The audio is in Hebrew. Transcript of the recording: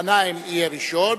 גנאים יהיה ראשון,